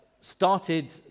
started